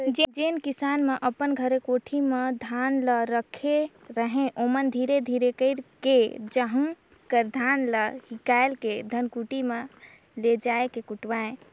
जेन किसान मन अपन घरे कोठी में धान ल राखे रहें ओमन धीरे धीरे कइरके उहां कर धान ल हिंकाएल के धनकुट्टी में लेइज के कुटवाएं